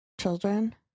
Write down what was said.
children